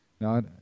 Now